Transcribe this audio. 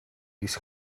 his